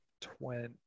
Twenty